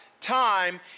time